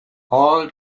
all